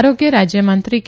આરોગ્ય રાજ્યમંત્રી કે